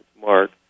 Mark